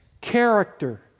character